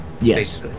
Yes